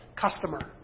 customer